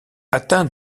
atteint